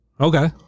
Okay